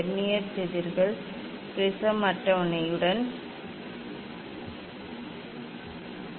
vernier செதில்கள் prism அட்டவணையுடன் இணைக்கப்பட்டுள்ளன